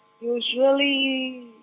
usually